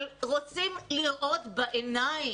אבל רוצים לראות בעיניים.